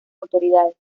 autoridades